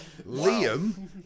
Liam